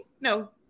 No